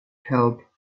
help